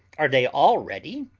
are they all ready?